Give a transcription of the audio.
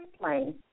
plane